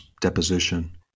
deposition